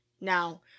now